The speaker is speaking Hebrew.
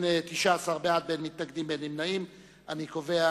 הצעת הוועדה המסדרת לבחור